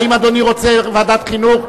האם אדוני רוצה ועדת חינוך?